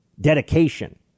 dedication